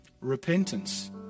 repentance